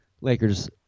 Lakers